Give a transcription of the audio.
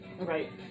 Right